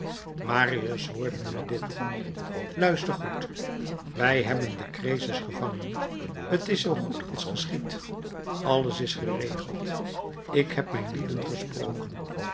marius hoorde nu dit luister goed wij hebben den cresus gevangen t is zoo goed als geschied alles is geregeld ik heb mijn lieden gesproken